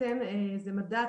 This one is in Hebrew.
s.t.e.m זה מדע,